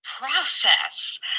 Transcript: process